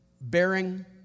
bearing